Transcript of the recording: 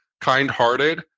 kind-hearted